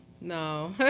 no